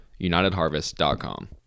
unitedharvest.com